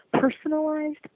personalized